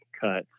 cuts